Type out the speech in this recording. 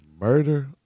Murder